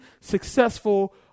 successful